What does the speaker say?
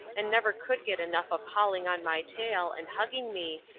and never could get enough of hauling on my tail, and hugging me,